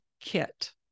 kit